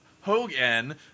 Hogan